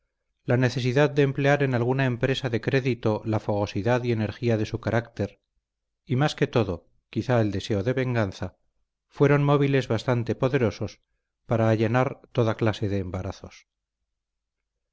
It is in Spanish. la necesidad de emplear en alguna empresa de crédito la fogosidad y energía de su carácter y más que todo quizá el deseo de venganza fueron móviles bastantes poderosos para allanar toda clase de embarazos